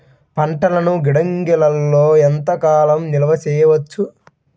పంటలను గిడ్డంగిలలో ఎంత కాలం నిలవ చెయ్యవచ్చు?